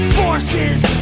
forces